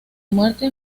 muerte